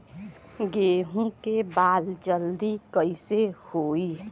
गेहूँ के बाल जल्दी कईसे होई?